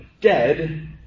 dead